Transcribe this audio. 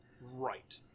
Right